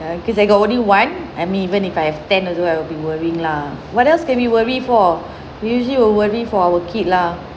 ya cause I got only one I mean even if I have ten also I'll be worrying lah what else can we worry for we usually will worry for our kid lah